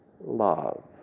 love